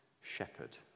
shepherd